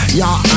Y'all